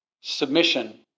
Submission